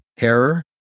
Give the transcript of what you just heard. error